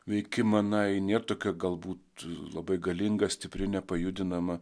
veikimą na ji nėr tokia galbūt labai galinga stipri nepajudinama